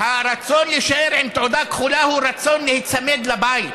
הרצון להישאר עם תעודה כחולה הוא הרצון להיצמד לבית,